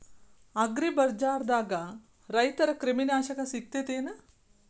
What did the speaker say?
ಅಗ್ರಿಬಜಾರ್ದಾಗ ರೈತರ ಕ್ರಿಮಿ ನಾಶಕ ಸಿಗತೇತಿ ಏನ್?